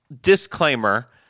disclaimer